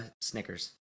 Snickers